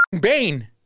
bane